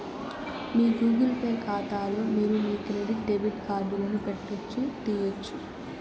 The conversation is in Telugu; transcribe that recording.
మీ గూగుల్ పే కాతాలో మీరు మీ క్రెడిట్ డెబిట్ కార్డులను పెట్టొచ్చు, తీయొచ్చు